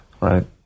right